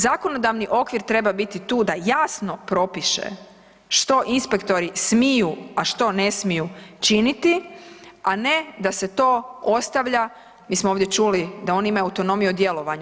Zakonodavni okvir treba biti tu da jasno propiše što inspektori smiju, a što ne smiju činiti, a ne da se to ostavlja, mi smo ovdje čuli da oni imaju autonomiju o djelovanju.